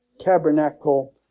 tabernacle